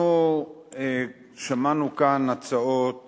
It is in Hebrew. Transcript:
אנחנו שמענו כאן הצעות